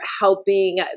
helping